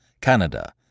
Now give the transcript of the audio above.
Canada